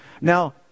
Now